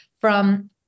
from-